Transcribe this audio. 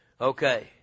okay